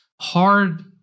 hard